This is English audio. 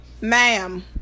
Ma'am